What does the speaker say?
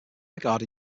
regard